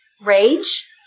rage